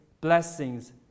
blessings